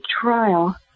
trial